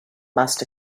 must